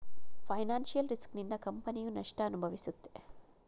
financial risk ನಿಂದ ಕಂಪನಿಯು ನಷ್ಟ ಅನುಭವಿಸುತ್ತೆ